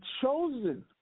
chosen